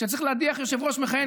כשצריך להדיח יושב-ראש מכהן,